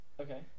Okay